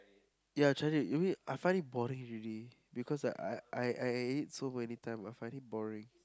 ya I tried it you mean I find it boring already because I I I eat so many time I find it boring